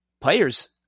Players